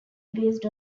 based